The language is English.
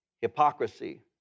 hypocrisy